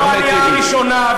לא העלייה הראשונה,